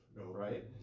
right